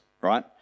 right